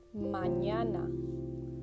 mañana